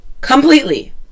completely